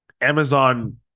Amazon